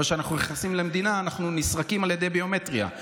אבל כשאנחנו נכנסים למדינה אנחנו נסרקים על ידי ביומטריה.